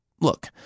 Look